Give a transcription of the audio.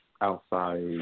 outside